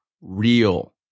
real